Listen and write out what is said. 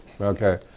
okay